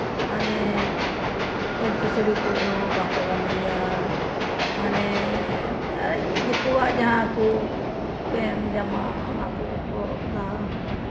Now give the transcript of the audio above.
ᱯᱟᱹᱧᱪᱤ ᱥᱟᱹᱲᱤ ᱠᱚᱡ ᱦᱚᱸ ᱵᱟᱠᱚ ᱵᱟᱸᱫᱮᱭᱟ ᱦᱟᱱᱮ ᱫᱤᱠᱩᱣᱟᱜ ᱡᱟᱦᱟᱸ ᱠᱚ ᱯᱮᱱᱴ ᱡᱟᱢᱟ ᱚᱱᱟ ᱠᱚᱜᱮ ᱠᱚ ᱦᱚᱨᱚᱜ ᱫᱟ